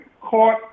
caught